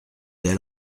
elle